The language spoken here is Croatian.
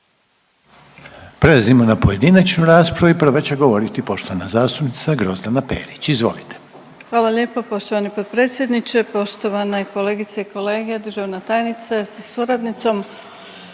Prelazimo na pojedinačnu raspravu i prva će govoriti poštovana zastupnica Grozdana Perić. Izvolite. **Perić, Grozdana (HDZ)** Hvala lijepa poštovani potpredsjedniče, poštovane kolegice i kolege, državna tajnice sa suradnicom.